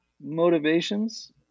motivations